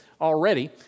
already